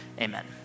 amen